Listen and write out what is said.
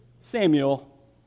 Samuel